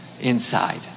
Inside